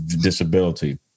disability